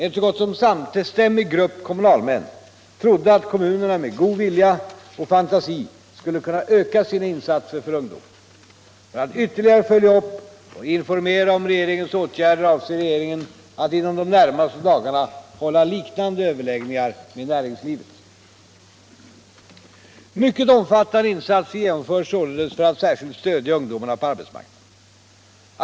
En så gott som samstämmig grupp kommunalmän trodde att kommunerna med god vilja och fantasi skulle kunna öka sina insatser för ungdomarna. För att ytterligare följa upp och informera om regeringens åtgärder avser regeringen att inom de närmaste dagarna hålla liknande överläggningar med näringslivet. Mycket omfattande insatser genomförs således för att särskilt stödja ungdomarna på arbetsmarknaden.